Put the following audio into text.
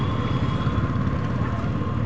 क्या गोबर से खेती को उपजाउ बनाया जा सकता है?